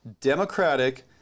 Democratic